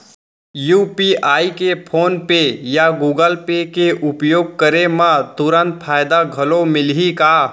UPI के PhonePe या Google Pay के उपयोग करे म तुरंत फायदा घलो मिलही का?